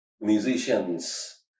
musicians